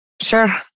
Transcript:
Sure